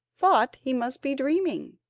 thought he must be dreaming.